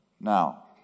Now